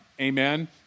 Amen